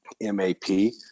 M-A-P